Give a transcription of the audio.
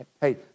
Hey